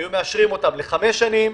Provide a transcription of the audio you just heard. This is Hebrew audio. היו מאשרים אותם לחמש שנים.